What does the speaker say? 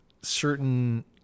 certain